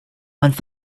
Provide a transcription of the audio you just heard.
once